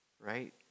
right